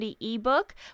ebook